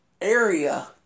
area